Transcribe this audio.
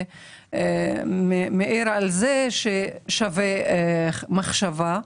ומעיר על זה ששווה מחשבה.